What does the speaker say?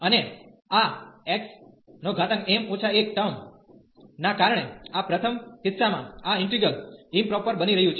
અને આ xm 1 term ના કારણે આ પ્રથમ કિસ્સામાં આ ઈન્ટિગ્રલ ઈમપ્રોપર બની રહ્યું છે